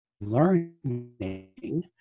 learning